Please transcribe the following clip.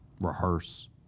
rehearse